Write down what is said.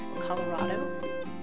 Colorado